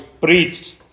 preached